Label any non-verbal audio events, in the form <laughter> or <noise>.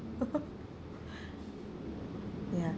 <laughs> ya